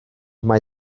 mae